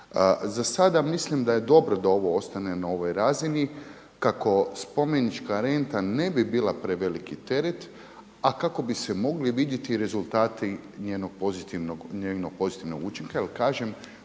Za sada mislim da je dobro da ovo ostane na ovoj razini kako spomenička renta ne bi bila preveliki teret, a kako bi se mogli vidjeti rezultati njenog pozitivnog učinka. Jer kažem